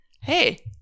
hey